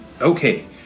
Okay